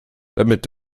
damit